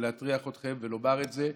להטריח אתכם ולומר את זה,